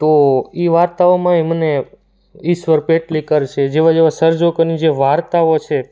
તો એ વાર્તાઓમાં એ મને ઈશ્વર પેટલીકર છે જેવા જેવા સર્જકોની જે વાર્તાઓ છે